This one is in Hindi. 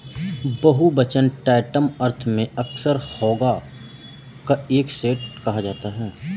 बहुवचन टैंटम अर्थ में अक्सर हैगा का एक सेट कहा जाता है